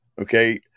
Okay